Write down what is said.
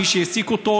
מי שהעסיק אותו,